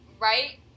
right